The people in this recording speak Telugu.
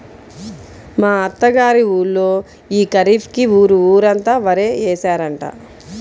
మా అత్త గారి ఊళ్ళో యీ ఖరీఫ్ కి ఊరు ఊరంతా వరే యేశారంట